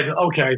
Okay